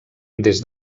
des